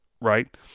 right